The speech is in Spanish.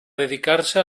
dedicarse